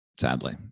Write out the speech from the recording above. sadly